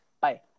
Bye